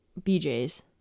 BJ's